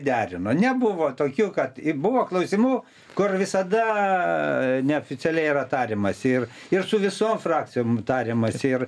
derino nebuvo tokių kad buvo klausimų kur visada neoficialiai yra tariamasi ir ir su visom frakcijom tariamasi ir